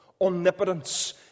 Omnipotence